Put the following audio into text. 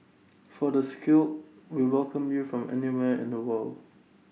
for the skill we welcome you from anywhere in the world